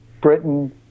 Britain